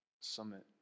Summit